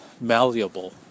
malleable